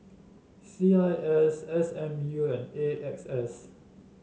C I S S M U and A X S